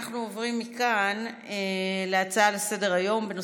אנחנו עוברים להצעות לסדר-היום בנושא: